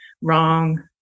wrong